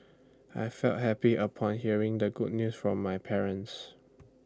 I felt happy upon hearing the good news from my parents